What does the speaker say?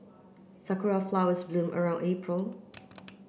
sakura flowers bloom around April